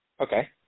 Okay